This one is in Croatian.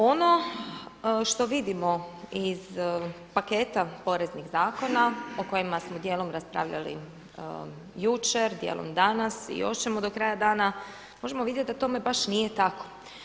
Ono što vidimo iz paketa poreznih zakona o kojima smo djelom raspravljali jučer, djelom danas i još ćemo do kraja dana, možemo vidjeti da tome baš nije tako.